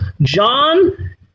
John